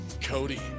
Cody